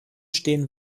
stehen